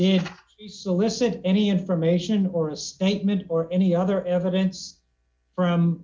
solicit any information or a statement or any other evidence from